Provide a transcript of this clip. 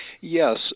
Yes